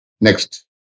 Next